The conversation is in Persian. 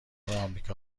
آمریکا